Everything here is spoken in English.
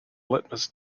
litmus